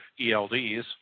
ELDs